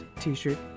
t-shirt